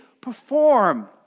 perform